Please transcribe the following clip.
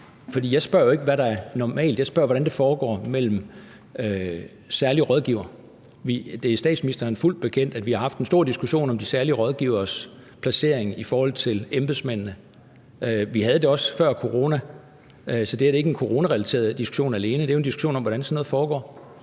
jeg spørger jo ikke, hvad der er normalt, jeg spørger, hvordan det foregår mellem særlige rådgivere. Det er statsministeren fuldt bekendt, at vi har haft en stor diskussion om de særlige rådgiveres placering i forhold til embedsmændene. Vi havde det også før corona. Så det her er ikke alene en coronarelateret diskussion, men det er jo en diskussion om, hvordan sådan noget foregår.